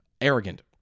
arrogant